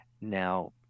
Now